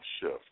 shift